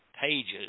pages